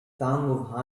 tongue